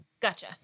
Gotcha